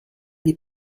des